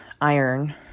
iron